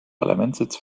parlamentssitz